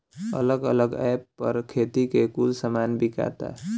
अलग अलग ऐप पर खेती के कुल सामान बिकाता